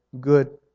good